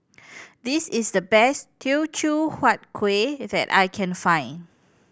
this is the best Teochew Huat Kueh that I can find